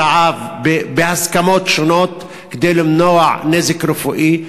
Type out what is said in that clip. רעב בהסכמות שונות כדי למנוע נזק רפואי.